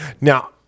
Now